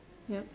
ya